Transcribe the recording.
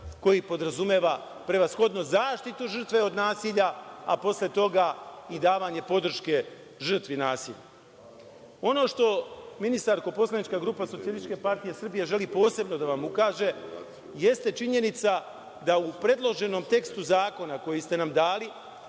koji podrazumeva prevashodno zaštitu žrtve od nasilja, a posle toga i davanje podrške žrtvi nasilja. Ono što ministarko poslanička grupa Socijalističke partije Srbije želi posebno da vam ukaže, jeste činjenica da u predloženom tekstu zakona koji ste nam dali,